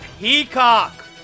Peacock